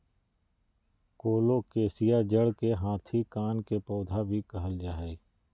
colocasia जड़ के हाथी कान के पौधा भी कहल जा हई